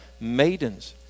maidens